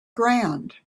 ground